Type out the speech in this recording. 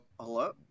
Hello